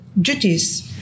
duties